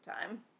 time